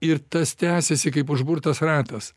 ir tas tęsiasi kaip užburtas ratas